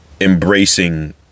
embracing